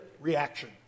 reaction